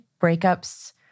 breakups